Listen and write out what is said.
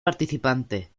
participante